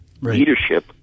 Leadership